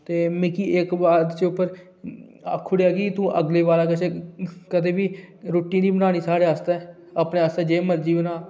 ते मिगी इक्क बात पर च आक्खी ओड़ेआ के तूं अग्गें कशा कदें बी रुट्टी निं बनानी साढ़े आस्तै अपने आस्तै जे मर्जी बना